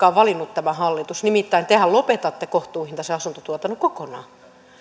on tämä hallitus valinnut nimittäin tehän lopetatte kohtuuhintaisen asuntotuotannon kokonaan